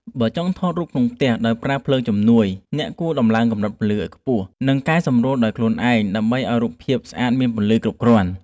បើចង់ថតរូបក្នុងផ្ទះដោយប្រើភ្លើងជំនួយអ្នកគួរដំឡើងកម្រិតពន្លឺឱ្យខ្ពស់ និង កែសម្រួលដោយខ្លួនឯងដើម្បីឱ្យរូបភាពស្អាតមានពន្លឺគ្រប់គ្រាន់។